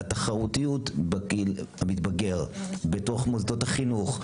התחרותיות למתבגר בתוך מוסדות החינוך,